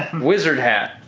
wizard hat.